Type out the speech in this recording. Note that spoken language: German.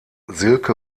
silke